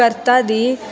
ਕਰਤਾ ਦੀ